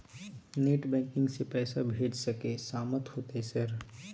Net banking से पैसा भेज सके सामत होते सर?